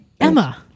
Emma